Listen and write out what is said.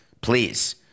please